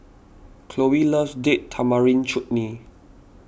Cloe loves Date Tamarind Chutney